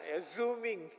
zooming